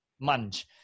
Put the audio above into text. munch